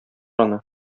аны